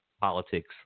politics